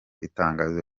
itangazo